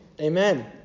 Amen